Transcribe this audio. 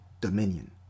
dominion